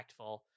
impactful